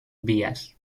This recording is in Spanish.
vías